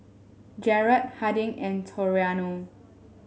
Jarred Harding and Toriano